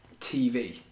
TV